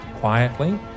quietly